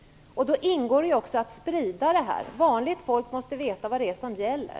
Då ingår det också att sprida information. Vanligt folk måste veta vad det är som gäller.